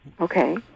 Okay